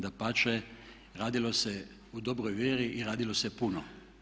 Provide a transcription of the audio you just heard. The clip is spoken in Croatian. Dapače, radilo se u dobroj vjeri i radilo se puno.